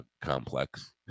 complex